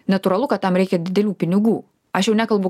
natūralu kad tam reikia didelių pinigų aš jau nekalbu